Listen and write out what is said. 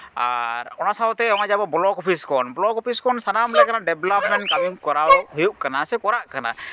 ᱟᱨ ᱚᱱᱟ ᱥᱟᱶᱛᱮ ᱱᱚᱜᱼᱚᱭ ᱡᱮ ᱟᱵᱚ ᱵᱞᱚᱠ ᱚᱯᱷᱤᱥ ᱠᱷᱚᱱ ᱵᱞᱚᱠ ᱚᱯᱷᱤᱥ ᱠᱷᱚᱱ ᱥᱟᱱᱟᱢ ᱞᱮᱠᱟᱱᱟᱜ ᱰᱮᱵᱷᱞᱚᱯᱢᱮᱱᱴ ᱠᱟᱹᱢᱤᱢ ᱠᱚᱨᱟᱣ ᱦᱩᱭᱩᱜ ᱠᱟᱱᱟ ᱥᱮ ᱠᱚᱨᱟᱜ ᱠᱟᱱᱟ